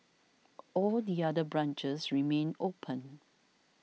all the other branches remain open